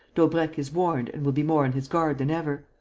daubrecq is warned and will be more on his guard than ever.